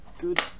good